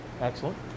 Excellent